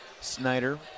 Snyder